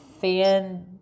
fan